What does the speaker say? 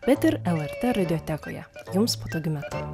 bet ir lrt radiotekoje jums patogiu metu